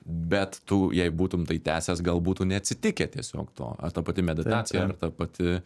bet tu jei būtum tai tęsęs gal būtų neatsitikę tiesiog to ar ta pati meditacija ar ta pati